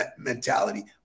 mentality